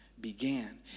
began